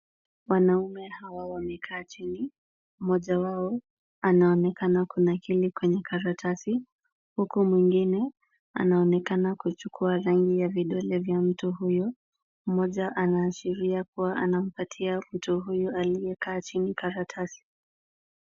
Wanaume hawa wamekaa chini. Mmoja wao anaonekana kunakili kwenye karatasi huku mwingine anaonekana kuchukua rangi ya vidole vya mtu huyo. Mmoja anaashiria kuwa anampatia mtu huyu aliyekaa chini karatasi.